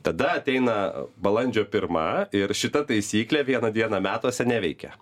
tada ateina balandžio pirma ir šita taisyklė vieną dieną metuose neveikia